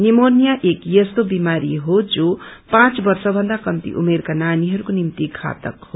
pneumonia एक यस्तो बिमारी हो जो पाँच वर्ष भन्दा कम्ती उमेरका नानीहरूको निम्ति घातक हो